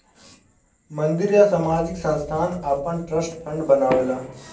मंदिर या सामाजिक संस्थान आपन ट्रस्ट फंड बनावेला